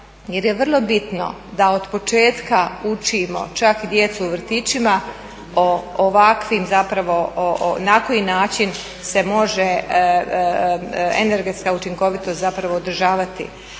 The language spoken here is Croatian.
jer je vrlo bitno da od početka učimo čak i djecu u vrtićima o ovakvim na koji način se može energetska učinkovitost zadržavati.